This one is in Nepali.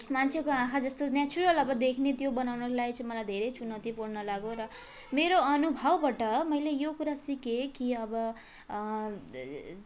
मान्छेको आँखा जस्तो नेचुरल अब देख्ने त्यो बनाउनको लागि चाहिँ मलाई धेरै चुनौतीपूर्ण लाग्यो र मेरो अनुभवबाट मैले यो कुरा सिकेँ कि अब